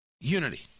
unity